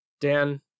Dan